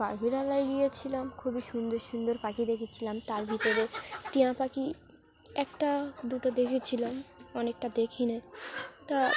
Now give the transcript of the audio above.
পাখিরালয় গিয়েছিলাম খুবই সুন্দর সুন্দর পাখি দেখেছিলাম তার ভিতরে টিঁয়া পাখি একটা দুটো দেখেছিলাম অনেকটা দেখি না তা